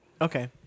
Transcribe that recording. Okay